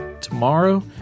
tomorrow